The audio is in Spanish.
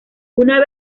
una